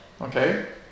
Okay